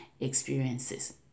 experiences